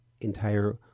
entire